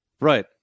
right